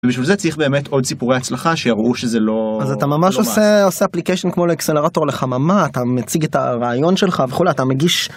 בשביל זה צריך באמת עוד סיפורי הצלחה שיראו שזה לא. אז אתה ממש עושה עושה אפליקיישן כמו לאקסלרטור לחממה אתה מציג את הרעיון שלך וכולי אתה מגיש.